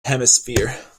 hemisphere